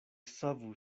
savu